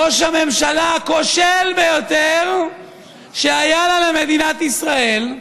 ראש הממשלה הכושל ביותר שהיה לה, למדינת ישראל,